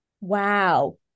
wow